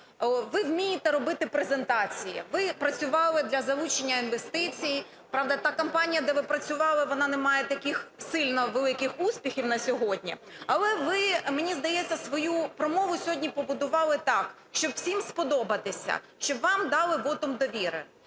ви вмієте робити презентації, ви працювали для залучення інвестицій. Правда, та компанія, де ви працювали, вона не має таких сильно великих успіхів на сьогодні, але ви, мені здається, свою промову сьогодні побудували так, щоб усім сподобатися, щоб вам дали вотум довіри.